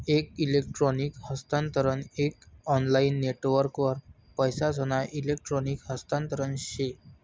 एक इलेक्ट्रॉनिक हस्तांतरण एक ऑनलाईन नेटवर्कवर पैसासना इलेक्ट्रॉनिक हस्तांतरण से